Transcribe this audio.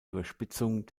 überspitzung